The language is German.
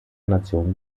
nation